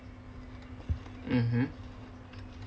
mmhmm